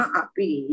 api